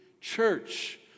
Church